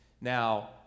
now